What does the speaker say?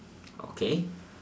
okay